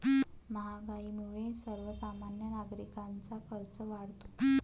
महागाईमुळे सर्वसामान्य नागरिकांचा खर्च वाढतो